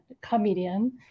comedian